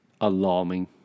Alarming